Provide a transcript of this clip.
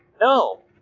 No